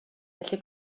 felly